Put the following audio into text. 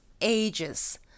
ages